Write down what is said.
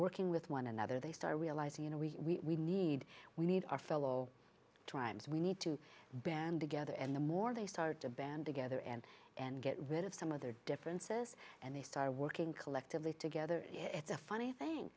working with one another they start realizing you know we need we need our fellow tribes we need to band together and the more they start to band together and and get rid of some of their differences and they start working collectively together it's a funny thing